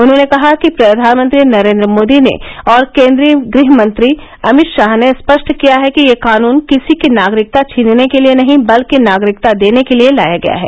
उन्हॉने कहा कि प्रधानमंत्री नरेंद्र मोदी ने और केंद्रीय गृह मंत्री अमित शाह ने स्पष्ट किया है कि यह कानून किसी की नागरिकता छीनने के लिए नहीं बल्कि नागरिकता देने के लिए लाया गया है